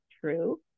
true